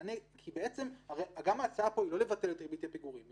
גם ההצעה פה היא לא לבטל את ריבית הפיגורים,